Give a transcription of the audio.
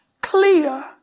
Clear